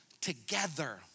together